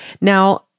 Now